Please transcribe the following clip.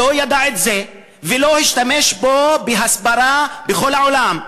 לא ידע את זה ולא השתמש בזה בהסברה בכל העולם?